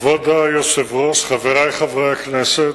כבוד היושב-ראש, חברי חברי הכנסת,